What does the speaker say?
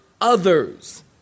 others